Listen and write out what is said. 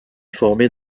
formé